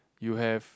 you have